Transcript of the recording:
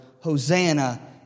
Hosanna